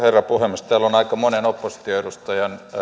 puhemies täällä on sanottu aika monen oppositioedustajan